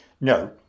No